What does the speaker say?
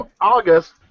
August